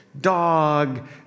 dog